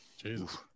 Jesus